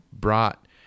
brought